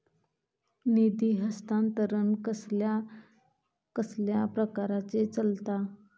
निधी हस्तांतरण कसल्या कसल्या प्रकारे चलता?